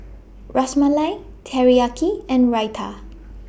Ras Malai Teriyaki and Raita